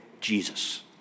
Jesus